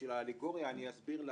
בשביל האלגוריה אסביר לנוכחים,